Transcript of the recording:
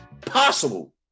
possible